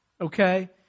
Okay